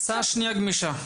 הסעה שנייה גמישה, במילים אחרות.